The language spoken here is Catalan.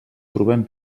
trobem